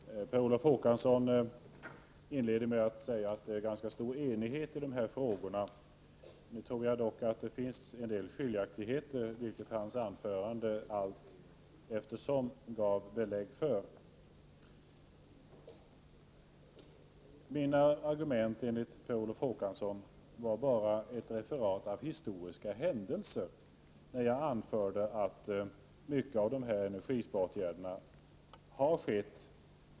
Herr talman! Per Olof Håkansson inledde med att säga att det är ganska stor enighet i de här frågorna. Jag tror dock att det finns en del skiljaktigheter, vilket hans anförande gav belägg för. När jag framhöll att många av de här energisparåtgärderna har skett förutan stöd, sade Per Olof Håkansson att mina argument bara var ett referat av historiska händelser.